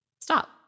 stop